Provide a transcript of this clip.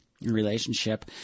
relationship